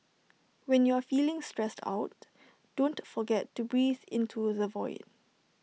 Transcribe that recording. when you are feeling stressed out don't forget to breathe into the void